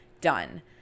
done